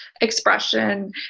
expression